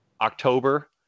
october